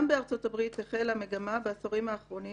גם בארצות-הברית החלה מגמה בעשורים האחרונים